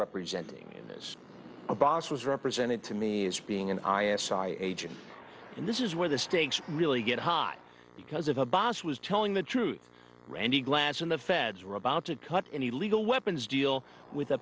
representing as a boss was represented to me as being an i s i agent and this is where the stakes really get high because of abbas was telling the truth randy glass when the feds were about to cut any legal weapons deal with a